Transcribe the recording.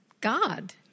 God